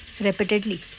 repeatedly